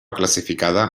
classificada